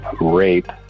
rape